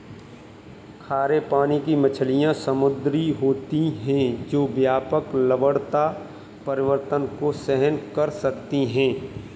खारे पानी की मछलियाँ समुद्री होती हैं जो व्यापक लवणता परिवर्तन को सहन कर सकती हैं